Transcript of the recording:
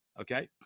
okay